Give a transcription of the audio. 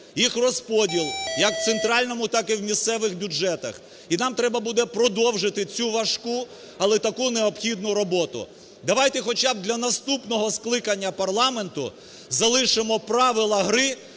їх розподіл як в центральному, так і в місцевих бюджетах. І нам треба буде продовжити таку важку, але таку необхідну роботу. Давайте хоча б для наступного скликання парламенту залишимо правила гри,